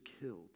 killed